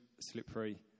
slippery